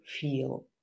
feel